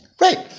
Right